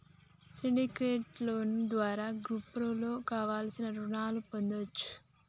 syndicate loan ద్వారా గ్రూపుగా కావలసిన రుణాలను పొందొచ్చు